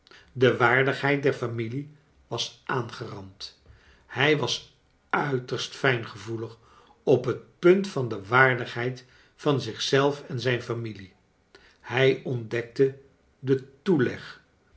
de waardigheid der familie was aangerand hij was uiterst fijngevoelig op het punt van de waardigheid van zich zelf en zijn familie hij ontdekte den toeleg